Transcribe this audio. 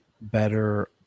better